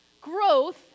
Growth